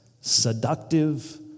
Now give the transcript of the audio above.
seductive